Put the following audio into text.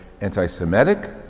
anti-Semitic